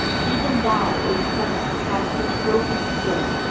even thou, o turnus, hadst a trophy stood,